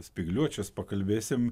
spygliuočius pakalbėsim